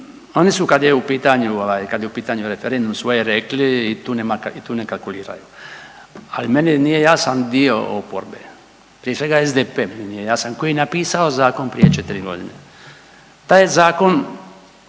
oni su, kad je u pitanju referendum svoje rekli i tu nema, tu ne kalkuliraju, ali meni nije jasan dio oporbe, prije svega SDP mi nije jasan koji je napisao zakon prije 4 godine. Taj je zakon